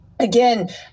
Again